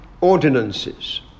ordinances